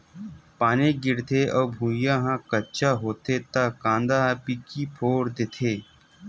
पानी गिरथे अउ भुँइया ह कच्चा होथे त कांदा ह पीकी फोर देथे